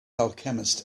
alchemist